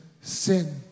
sin